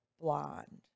blonde